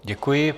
Děkuji.